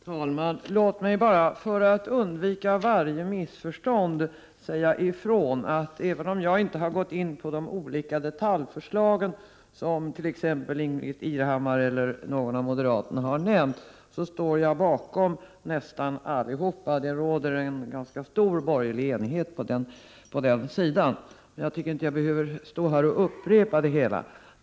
Herr talman! Låt mig bara, för att undvika varje missförstånd, säga att även om jag inte har gått in på de olika detaljförslag som Ingbritt Irhammar och någon av moderaterna här nämnde, står jag bakom nästan alla dessa. Det råder en ganska stor borgerlig enighet därvidlag. Jag tycker inte att jag här behöver upprepa alla förslag.